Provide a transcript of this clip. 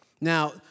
Now